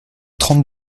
trente